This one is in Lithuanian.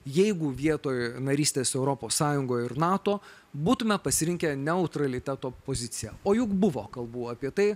jeigu vietoj narystės europos sąjungoj ir nato būtume pasirinkę neutraliteto poziciją o juk buvo kalbų apie tai